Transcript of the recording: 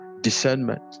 discernment